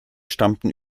stammten